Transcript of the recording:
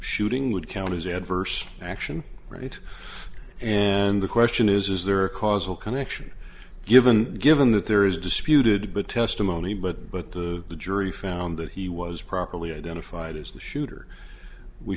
shooting would count as adverse action right and the question is is there a causal connection given given that there is disputed but testimony but but the the jury found that he was properly identified as the shooter we